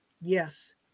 Yes